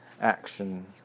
action